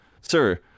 sir